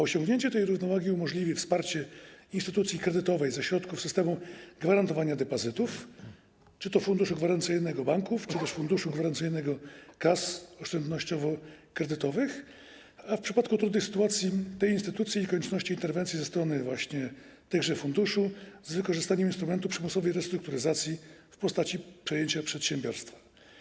Osiągnięcie tej równowagi umożliwi wsparcie instytucji kredytowej ze środków systemu gwarantowania depozytów, czy to funduszu gwarancyjnego banków, czy też funduszu gwarancyjnego kas oszczędnościowo-kredytowych, a w przypadku trudnej sytuacji tej instytucji i konieczności interwencji ze strony właśnie tychże funduszy - z wykorzystaniem instrumentu przymusowej restrukturyzacji w postaci przejęcia przedsiębiorstwa.